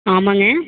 ஆமாங்க